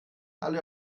alle